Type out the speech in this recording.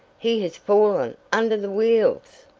he has fallen under the wheels!